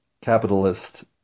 capitalist